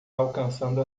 alcançando